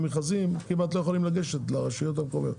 כמעט שלא יכולים לגשת למכרזים של הרשויות המקומיות.